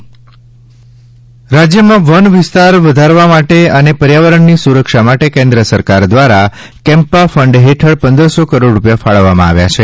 Campa fund રાજયમાં વન વિસ્તાર વધારવા માટે અને પર્યાવરણની સુરક્ષા માટે કેન્દ્ર સરકાર ધ્વારા કેમ્પા ફંડ હેઠળ પંદરસો કરોડ રૂપિયા ફાળવવામાં આવ્યા છે